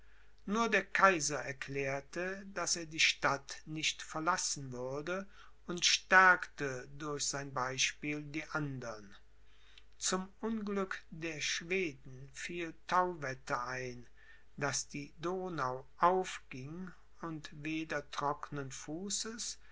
nur der kaiser erklärte daß er die stadt nicht verlassen würde und stärkte durch sein beispiel die andern zum unglück der schweden fiel thauwetter ein daß die donau aufgieng und weder trocknen fußes